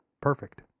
perfect